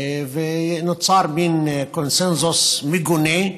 ונוצר מן קונסנזוס מגונה,